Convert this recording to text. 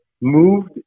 Moved